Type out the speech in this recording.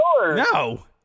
No